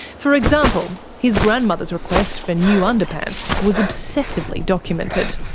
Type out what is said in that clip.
for example, his grandmother's request for new underpants was obsessively documented.